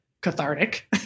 cathartic